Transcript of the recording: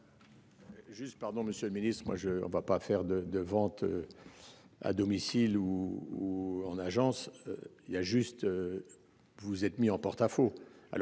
Juste pardon monsieur le Ministre, moi je on ne va pas faire de de vente. À domicile ou en agence. Il y a juste. Vous êtes mis en porte-à-faux.